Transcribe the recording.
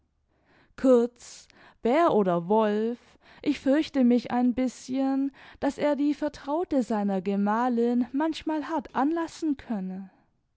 kurz bär oder wolf ich fürchte mich ein bißchen daß er die vertraute seiner gemalin manchmal hart anlassen könne